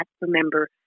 remember